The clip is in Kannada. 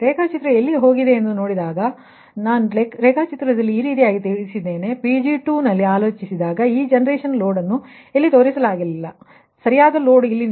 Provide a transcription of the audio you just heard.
ರೇಖಾಚಿತ್ರ ನೋಡೋಣ ಆದರೆ ನಾನು ನಿಮಗೆ ರೇಖಾಚಿತ್ರವನ್ನು ತೋರಿಸಿದ್ದೇನೆ ಇಲ್ಲಿ Pg2 ನಲ್ಲಿ ಈ ಜೆನೆರೇಷನ್ ಲೋಡ್ ನ್ನು ಇಲ್ಲಿ ತೋರಿಸಲಾಗಿಲ್ಲ ಸರಿಯಾದ ಲೋಡ್ ಇಲ್ಲಿ ನೀಡಲಾಗಿಲ್ಲ